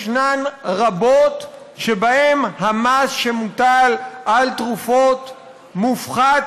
ישנן רבות שבהן המס שמוטל על תרופות מופחת